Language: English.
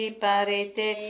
parete